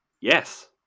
Yes